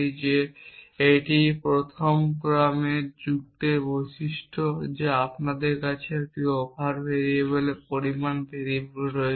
যে এটি প্রথম ক্রমের যুক্তির বৈশিষ্ট্য যা আপনার কাছে একটি ওভার ভেরিয়েবলের পরিমাণে ভেরিয়েবল রয়েছে